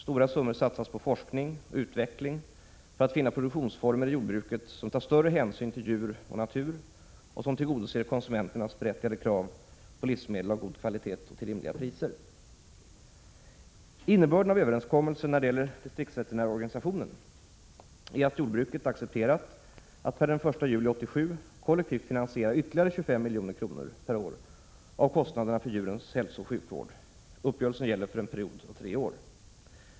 Stora summor satsas på forskning och utveckling för att finna produktionsformer i jordbruket som tar större hänsyn till djur och natur och som tillgodoser konsumenternas berättigade krav på livsmedel av god kvalitet till rimliga priser. Innebörden av överenskommelsen när det gäller distriktsveterinärorganisationen är att jordbruket accepterar att per den 1 juli 1987 kollektivt finansiera ytterligare 25 milj.kr. per år av kostnaderna för djurens hälsooch sjukvård. Uppgörelsen gäller för en period om tre år.